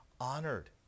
honored